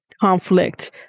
conflict